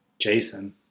Jason